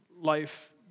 life